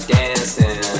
dancing